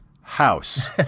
house